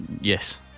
Yes